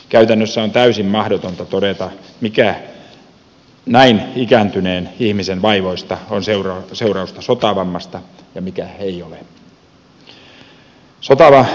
käytännössä on täysin mahdotonta todeta mikä näin ikääntyneen ihmisen vaivoista on seurausta sotavammasta ja mikä ei ole